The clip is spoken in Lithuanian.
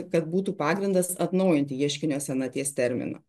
kad būtų pagrindas atnaujinti ieškinio senaties terminą